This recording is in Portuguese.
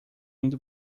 indo